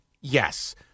Yes